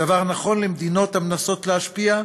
הדבר נכון למדינות המנסות להשפיע,